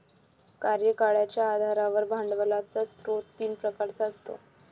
कार्यकाळाच्या आधारावर भांडवलाचा स्रोत तीन प्रकारचा असतो